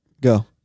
Go